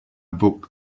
book